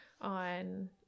on